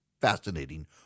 fascinating